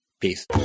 peace